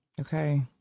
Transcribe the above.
okay